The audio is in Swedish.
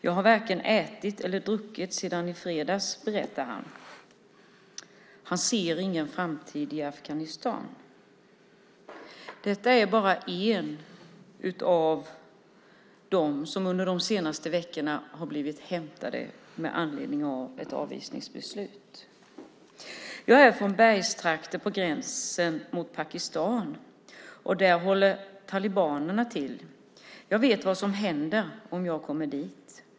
Jag har varken ätit eller druckit sedan i fredags, berättar han. Han ser ingen framtid i Afghanistan. Det är bara en av dem som under de senaste veckorna har blivit hämtade med anledning av ett avvisningsbeslut. Jag är från bergstrakter på gränsen mot Pakistan, och där håller talibanerna till. Jag vet vad som händer om jag kommer dit.